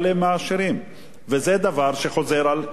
וזה דבר שחוזר כל הזמן בכל המדיניות הזאת.